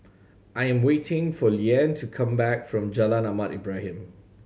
I am waiting for Liane to come back from Jalan Ahmad Ibrahim